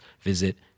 visit